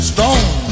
Stone